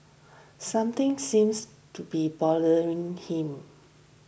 something seems to be bothering him